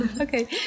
okay